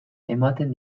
ematen